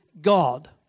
God